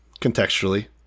contextually